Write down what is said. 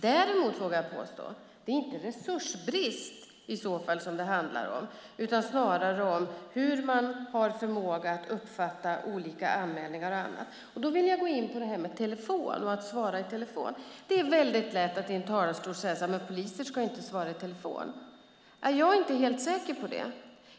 Däremot vågar jag påstå att det inte är resursbrist som det handlar om utan snarare hur man har förmåga att uppfatta olika anmälningar och annat. Då vill jag gå in på detta med att svara i telefon. Det är väldigt lätt att i en talarstol säga att poliser inte ska svara i telefon. Jag är inte helt säker på det.